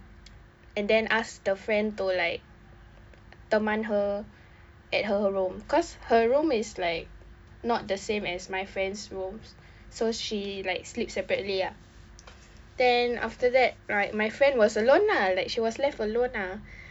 and then asked the friend to like teman her at her room cause her room is like not the same as my friend's rooms so she like sleep separately ah then after that right my friend was alone lah like she was left alone lah